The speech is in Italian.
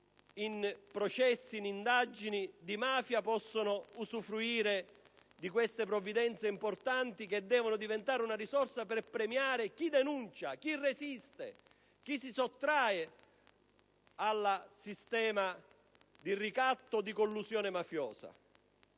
in processi e in indagini di mafia possano usufruire di queste provvidenze importanti, che devono diventare una risorsa per premiare chi denuncia, chi resiste e si sottrae al sistema di ricatto e di collusione mafiosa.